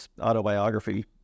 autobiography